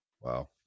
Wow